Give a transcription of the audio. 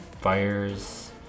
Fires